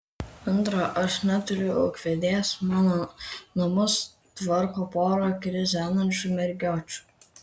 antra aš neturiu ūkvedės mano namus tvarko pora krizenančių mergiočių